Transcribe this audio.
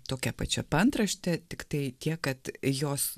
tokia pačia paantrašte tiktai tiek kad jos